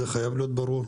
זה חייב להיות ברור,